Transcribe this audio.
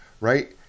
right